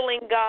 God